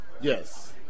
Yes